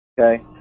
okay